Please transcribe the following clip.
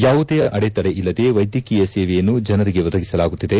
ಯಾವುದೇ ಅಡೆತಡೆ ಇಲ್ಲದೆ ವೈದ್ಯಕೀಯ ಸೇವೆಯನ್ನು ಜನರಿಗೆ ಒದಗಿಸಲಾಗುತ್ತಿದೆ